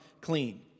clean